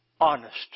honest